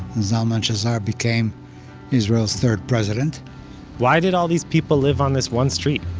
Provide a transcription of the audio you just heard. zalman shazar became israel's third president why did all these people live on this one street?